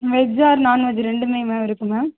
veg or non veg ரெண்டுமே ma'am இருக்குது ma'am